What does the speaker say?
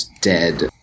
dead